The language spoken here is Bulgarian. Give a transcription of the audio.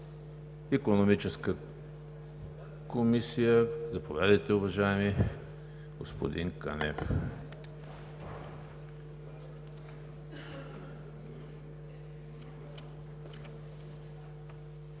Икономическа комисия – заповядайте, уважаеми господин Кънев.